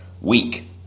week